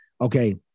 Okay